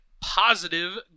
positive